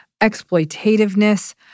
exploitativeness